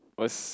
was